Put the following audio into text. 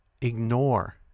ignore